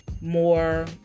more